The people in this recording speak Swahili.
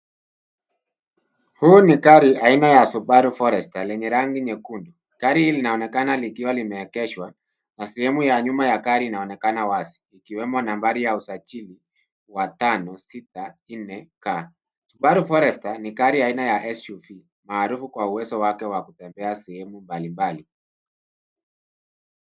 Huu ni gari aina ya Subaru forester lenye rangi nyekundu. Gari hili linaonekana likiwa limeegeshwa na sehemu ya nyuma ya gari linaonekana wazi, ikiwemo nambari ya usajili wa 546 G. Subaru forester ni gari aina ya SUV, maarufu kwa uwezo wake wa kutembea sehemu mbalimbali.